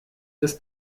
des